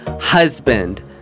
husband